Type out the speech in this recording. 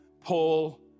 Paul